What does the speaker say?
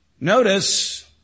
Notice